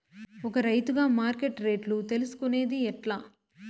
ఒక రైతుగా మార్కెట్ రేట్లు తెలుసుకొనేది ఎట్లా?